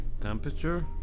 Temperature